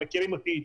שמכירים אותי,